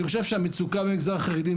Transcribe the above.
אני חושב שהמצוקה במגזר החרדי,